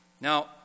Now